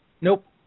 nope